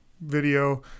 video